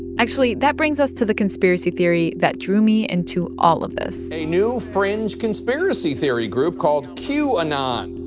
actually, that brings us to the conspiracy theory that drew me into all of this a new fringe conspiracy theory group called qanon and um